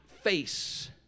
face